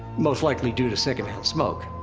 most likely due to secondhand smoke.